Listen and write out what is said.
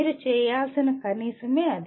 మీరు చేయాల్సిన కనీసమే అది